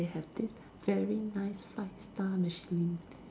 they have this very nice five star Michelin